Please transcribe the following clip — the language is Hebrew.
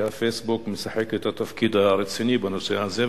ה"פייסבוק" משחק את התפקיד הרציני בנושא הזה,